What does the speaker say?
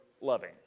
loving